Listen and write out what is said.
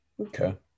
Okay